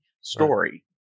story